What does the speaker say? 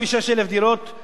כאמור, ריקות בארץ.